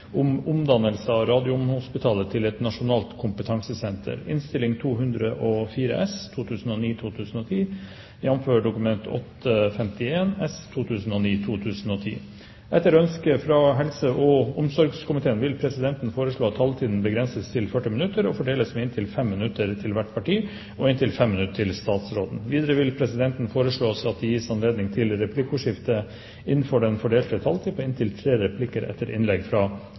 om ordet til sak nr. 6. Etter ønske fra helse- og omsorgskomiteen vil presidenten foreslå at taletiden begrenses til 40 minutter og fordeles med inntil 5 minutter til hvert parti og inntil 5 minutter til statsråden. Videre vil presidenten foreslå at det gis anledning til replikkordskifte på inntil tre replikker med svar etter innlegget fra statsråden innenfor den fordelte taletid. Videre blir det foreslått at de som måtte tegne seg på talerlisten utover den fordelte taletid, får en taletid på inntil